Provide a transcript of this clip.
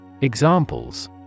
Examples